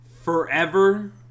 forever